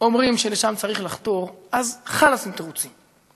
אומרים שלשם צריך לחתור, אז חלאס עם התירוצים.